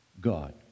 God